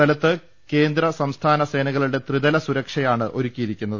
സ്ഥലത്ത് കേന്ദ്ര സംസ്ഥാന സേനക്ളുടെ ത്രിതല സുരക്ഷയാണ് ഒരുക്കിയിരിക്കുന്നത്